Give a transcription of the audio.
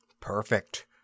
perfect